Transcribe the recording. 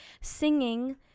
singing